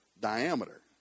diameter